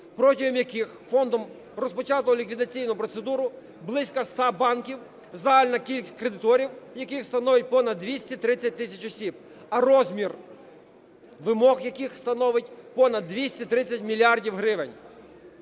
протягом яких фондом розпочато ліквідаційну процедуру близько 100 банків, загальна кількість кредиторів яких становить понад 230 тисяч осіб, а розмір вимог яких становить понад 230 мільярдів гривень.